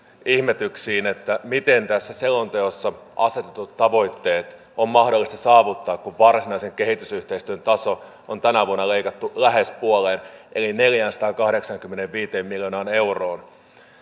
ihmetyksiin miten tässä selonteossa asetetut tavoitteet on mahdollista saavuttaa kun varsinaisen kehitysyhteistyön taso on tänä vuonna leikattu lähes puoleen eli neljäänsataankahdeksaankymmeneenviiteen miljoonaan euroon